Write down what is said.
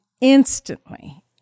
instantly